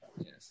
yes